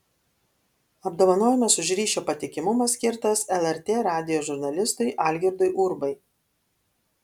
apdovanojimas už ryšio patikimumą skirtas lrt radijo žurnalistui algirdui urbai